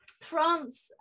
France